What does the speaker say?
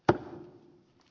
r r